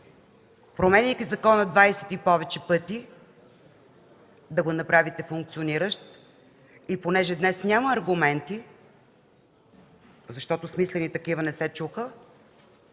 променяйки закона 20 и повече пъти да го направите функциониращ, и понеже днес няма аргументи, защото смислени такива не се чуха,